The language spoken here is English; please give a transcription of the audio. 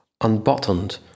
unbuttoned